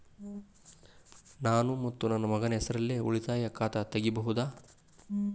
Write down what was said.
ನಾನು ಮತ್ತು ನನ್ನ ಮಗನ ಹೆಸರಲ್ಲೇ ಉಳಿತಾಯ ಖಾತ ತೆಗಿಬಹುದ?